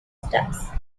steps